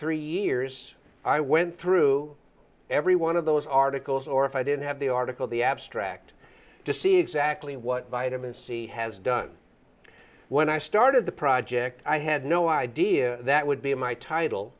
three years i went through every one of those articles or if i didn't have the article the abstract to see exactly what vitamin c has done when i started the project i had no idea that would be my title